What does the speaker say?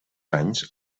anys